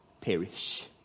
perish